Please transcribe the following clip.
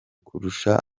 kurusha